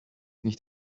nicht